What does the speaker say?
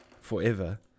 forever